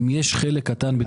אם יש חלק קטן בדירת ירושה.